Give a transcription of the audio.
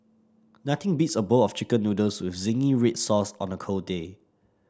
nothing beats a bowl of chicken noodles with zingy red sauce on a cold day